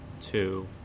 two